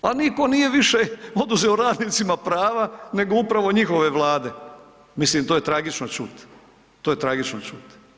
A niko nije više oduzeo radnicima prava nego upravo njihove Vlade, mislim to je tragično čut, to je tragično čut.